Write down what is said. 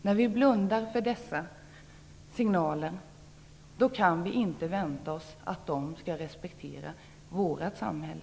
När vi blundar för dessa signaler, kan vi inte vänta att de skall respektera vårt samhälle.